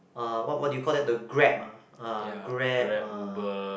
uh what what what do you call that the Grab ah uh Grab ah